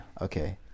Okay